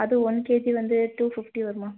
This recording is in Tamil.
அது ஒன் கேஜி வந்து டூ ஃப்ஃப்ட்டி வரும் மேம்